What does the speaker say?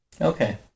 Okay